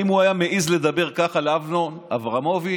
האם הוא היה מעז לדבר ככה לאמנון אברמוביץ'?